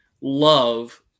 love –